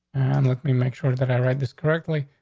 and let me make sure that i read this correctly.